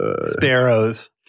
Sparrows